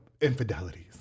infidelities